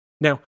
Now